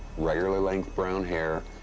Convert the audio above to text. regular-length brown hair,